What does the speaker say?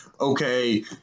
okay